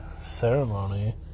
ceremony